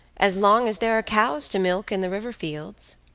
as long as there are cows to milk in the river fields,